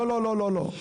לא, לא, לא.